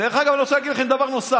דרך אגב, אני רוצה להגיד לכם דבר נוסף.